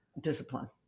Discipline